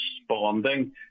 responding